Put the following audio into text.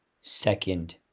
second